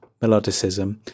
melodicism